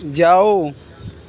जाओ